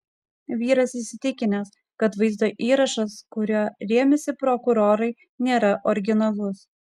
vyras įsitikinęs kad vaizdo įrašas kuriuo rėmėsi prokurorai nėra originalus